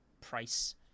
price